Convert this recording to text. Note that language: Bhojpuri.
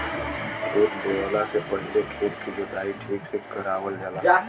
खेत बोवला से पहिले खेत के जोताई ठीक से करावल जाला